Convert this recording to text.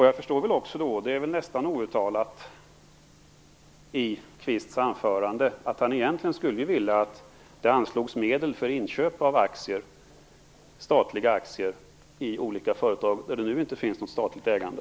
Jag förstår det då som att Kenneth Kvist - detta är nästan outtalat i hans anförande - egentligen skulle vilja att det anslogs medel till inköp av statliga aktier i olika företag där det nu inte finns något statligt ägande.